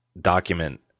document